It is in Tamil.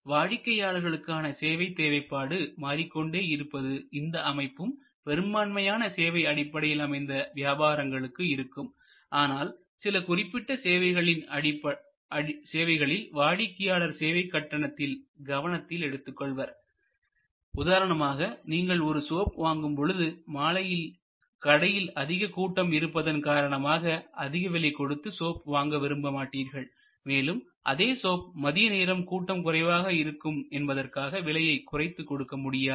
வாடிக்கையாளர்கான சேவை தேவைப்பாடு மாறிக்கொண்டே இருப்பது இந்த அமைப்பும் பெரும்பான்மையான சேவை அடிப்படையில் அமைந்த வியாபாரங்களுக்கு இருக்கும் ஆனால் சில குறிப்பிட்ட சேவைகளில் வாடிக்கையாளர்கள் சேவை கட்டணத்தில் கவனத்தில் எடுத்துக் கொள்வர் உதாரணமாக நீங்கள் ஒரு சோப் வாங்கும் பொழுது மாலையில் கடையில் அதிக கூட்டம் இருப்பதன் காரணமாக அதிக விலை கொடுத்து சோப்பு வாங்க விரும்ப மாட்டீர்கள் மேலும் அதே சோப் மதிய நேரத்தில் கூட்டம் குறைவாக இருக்கும் என்பதற்காக விலையை குறைத்தும் கொடுக்க முடியாது